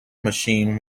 machine